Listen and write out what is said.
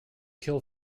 kill